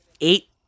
eight